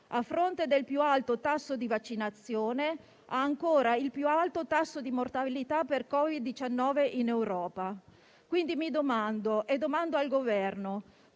A fronte del più alto tasso di vaccinazione, ha ancora il più alto tasso di mortalità per Covid-19 in Europa. Mi domando e domando al Governo,